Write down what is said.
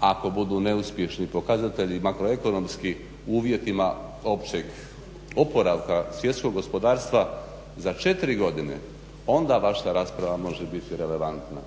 Ako budu neuspješni pokazatelji makroekonomskim uvjetima općeg oporavka svjetskog gospodarstva za 4 godine onda vaša rasprava može biti relevantna.